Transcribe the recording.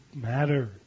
matter